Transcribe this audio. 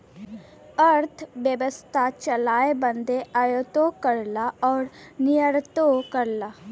अरथबेवसथा चलाए बदे आयातो करला अउर निर्यातो करला